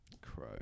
crow